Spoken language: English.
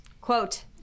quote